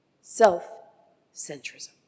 Self-centrism